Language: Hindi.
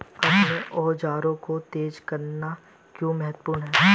अपने औजारों को तेज करना क्यों महत्वपूर्ण है?